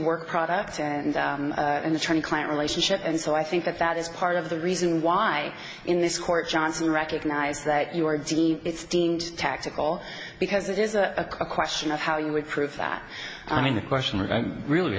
work product and in the trying to client relationship and so i think that that is part of the reason why in this court johnson recognized that you were gee it's deemed tactical because it is a question of how you would prove that i mean the question we really